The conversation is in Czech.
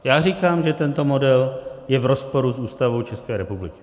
Já říkám, že tento model je v rozporu s Ústavou České republiky.